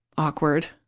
awkward.